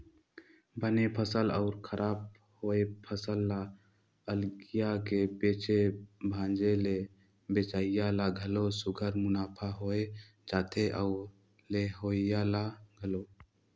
बने फसल अउ खराब होए फसल ल अलगिया के बेचे भांजे ले बेंचइया ल घलो सुग्घर मुनाफा होए जाथे अउ लेहोइया ल घलो